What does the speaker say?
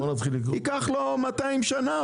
ייקח לו 200 שנה,